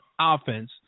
offense